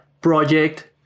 project